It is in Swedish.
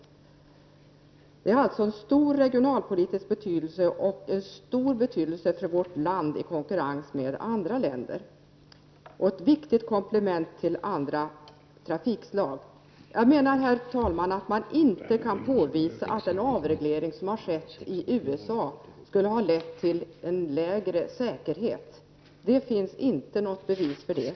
Flyget har alltså stor regionalpolitisk betydelse och stor betydelse för vårt lands möjligheter att konkurrera med andra länder. Det är också ett viktigt komplement till andra trafikslag. Herr talman! Jag anser inte att det kan påvisas att den avreglering som har skett i USA har lett till en lägre säkerhet. Det finns inga bevis för det.